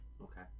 Okay